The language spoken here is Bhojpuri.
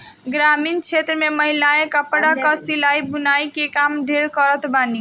ग्रामीण क्षेत्र में महिलायें कपड़ा कअ सिलाई बुनाई के काम ढेर करत बानी